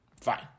Fine